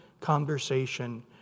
conversation